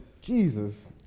Jesus